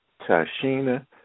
Tashina